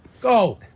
Go